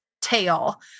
tail